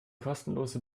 kostenlose